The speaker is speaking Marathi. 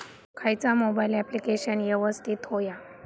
खयचा मोबाईल ऍप्लिकेशन यवस्तित होया?